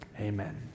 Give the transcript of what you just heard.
amen